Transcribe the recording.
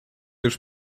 już